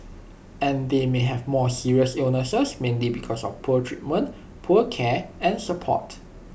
and they may have more serious illnesses mainly because of poor treatment poor care and support